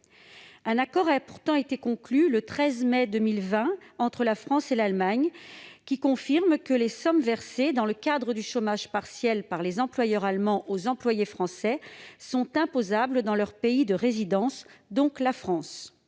Un accord, conclu le 13 mai 2020 entre la France et l'Allemagne, confirme pourtant que les sommes versées dans le cadre du chômage partiel par les employeurs allemands aux employés français sont imposables dans leur pays de résidence, donc en France.